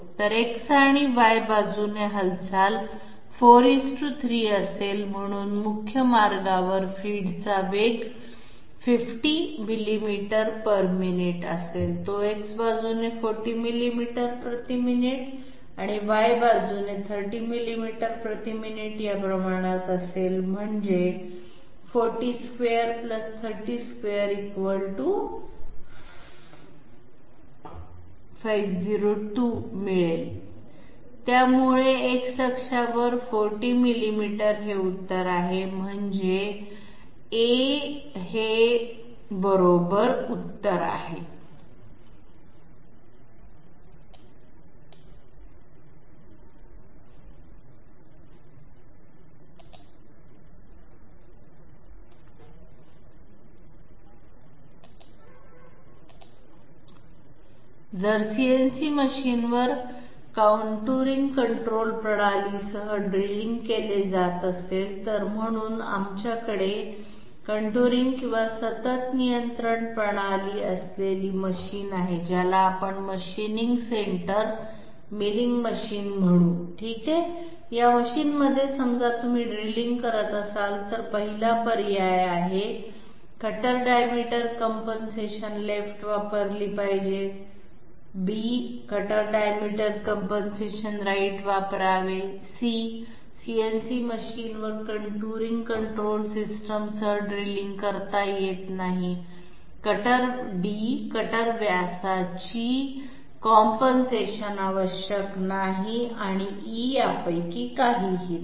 तर X आणि Y बाजूने हालचाल 4 3 असेल आणि म्हणून मुख्य मार्गावर फीडचा वेग 50 मिमीमिनिट असेल तो X बाजूने 40 मिलीमीटर प्रति मिनिट आणि Y बाजूने 30 मिलीमीटर प्रति मिनिट या प्रमाणात असेल म्हणजे 402 302 502 मिळेल त्यामुळे X अक्षावर 40 मिलीमीटर हे उत्तर आहे म्हणजे A हे बरोबर उत्तर आहे जर CNC मशीनवर कॉन्टूरिंग कंट्रोल प्रणालीसह ड्रिलिंग केले जात असेल तर म्हणून आमच्याकडे कंटूरिंग किंवा सतत नियंत्रण प्रणाली असलेली मशीन आहे ज्याला आपण मशीनिंग सेंटर मिलिंग मशीन म्हणू ठीक आहे या मशीनमध्ये समजा तुम्ही ड्रिलिंग करत असाल तर 1ला पर्याय आहे कटर डायमीटर कॉम्पेन्सेशन लेफ्ट वापरली पाहिजे "कटर डायमीटर कॉम्पेन्सेशन राईट" वापरावे CNC मशीनवर कंटूरिंग कंट्रोल सिस्टीमसह ड्रिलिंग करता येत नाही कटर व्यासाची कॉम्पेन्सेशन आवश्यक नाही आणि यापैकी काहीही नाही